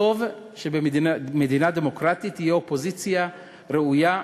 טוב שבמדינה דמוקרטית תהיה אופוזיציה ראויה,